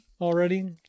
already